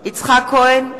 יצחק כהן,